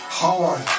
hard